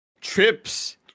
trips